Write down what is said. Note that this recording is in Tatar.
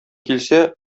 килсә